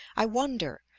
i wonder,